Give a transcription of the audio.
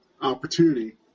opportunity